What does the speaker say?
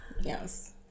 Yes